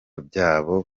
byabo